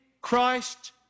Christ